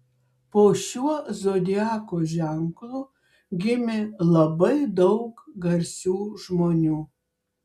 po šiuo zodiako ženklu gimė labai daug garsių žmonių